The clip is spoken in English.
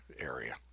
area